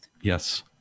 Yes